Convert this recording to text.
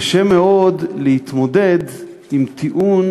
קשה מאוד להתמודד עם טיעון